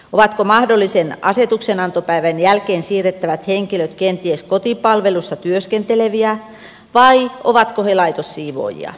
ovatko mahdollisen asetuksenantopäivän jälkeen siirrettävät henkilöt kenties kotipalvelussa työskenteleviä vai ovatko he laitossiivoojia